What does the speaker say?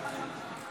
ההצבעה.